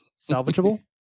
salvageable